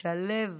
שהלב